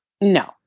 no